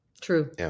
True